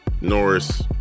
Norris